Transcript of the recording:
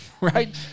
right